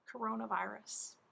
coronavirus